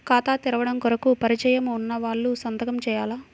ఖాతా తెరవడం కొరకు పరిచయము వున్నవాళ్లు సంతకము చేయాలా?